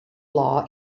law